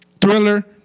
Thriller